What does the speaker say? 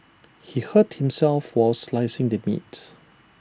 he hurt himself while slicing the meat